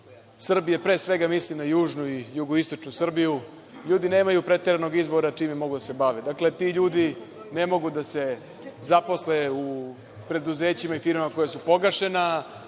Srbije, pre svega mislim na južnu i jugoistočnu Srbiju, ljudi nemaju preteranog izbora čime mogu da se bave. Dakle, ti ljudi ne mogu da se zaposle u preduzećima i firmama koja su pogašena,